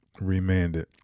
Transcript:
remanded